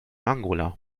angola